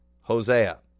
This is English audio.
Hosea